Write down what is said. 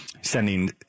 sending –